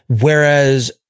Whereas